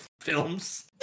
films